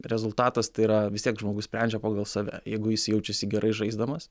rezultatas tai yra vis tiek žmogus sprendžia pagal save jeigu jis jaučiasi gerai žaisdamas